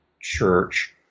church